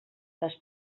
les